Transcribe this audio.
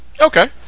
Okay